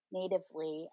natively